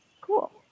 cool